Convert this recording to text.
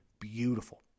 beautiful